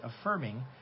affirming